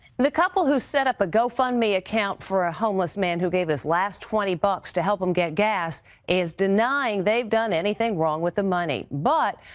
the couple who set up a gofundme account for a homeless man who gave his last twenty bucks to help em get gas is denying they've done anything wrong with the money, but,